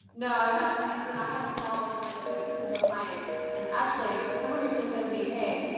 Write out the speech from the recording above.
no i've had, then i had a call recently with a potential client and actually someone recently said to me, hey,